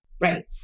right